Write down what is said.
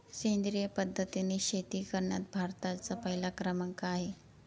सेंद्रिय पद्धतीने शेती करण्यात भारताचा पहिला क्रमांक आहे